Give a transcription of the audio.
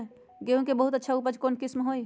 गेंहू के बहुत अच्छा उपज कौन किस्म होई?